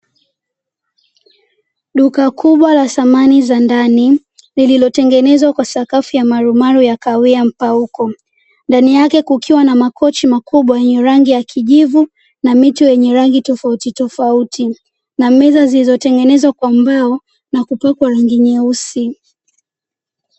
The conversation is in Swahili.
Duka kubwa la samani za ndani, lililo tengenezwa kwa sakafu ya marumaru ya kahawia mpauko. Ndani yake kukiwa na makochi makubwa yenye rangi ya kijivu na mito yenye rangi tofauti tofauti na meza zilizo tengenezwa kwa mbao na kupakwa rangi nyeusi.